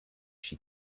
she